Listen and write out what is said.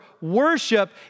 worship